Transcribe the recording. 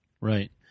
Right